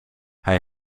hij